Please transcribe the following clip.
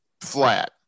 flat